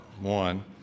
one